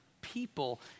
people